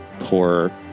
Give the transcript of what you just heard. Poor